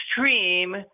extreme